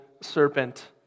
serpent